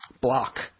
block